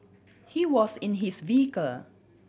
he was in his vehicle